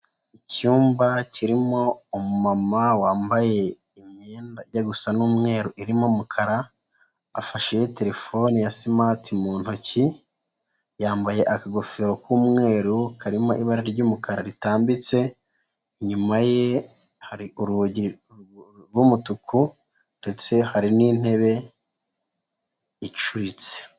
Icyumba kirimo mama wambaye imyenda ijya gusa n'umweru irimo umukara, afashe telefone ya smart mu ntoki, yambaye ingofero k'umweru karimo ibara ry'umukara ritambitse, inyuma ye hari urugi rw'umutuku ndetse hari n'intebe icuritse.